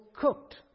cooked